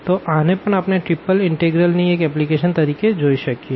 તો આને પણ આપણે ત્રિપલ ઇનટેગ્રલ ની એક એપ્લીકેશન તરીકે જોઈ શકીએ